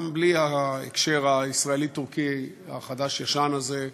גם בלי ההקשר הישראלי טורקי החדש-ישן הזה,